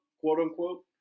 quote-unquote